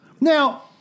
Now